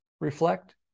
reflect